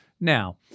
Now